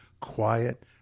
quiet